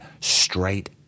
straight